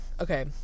Okay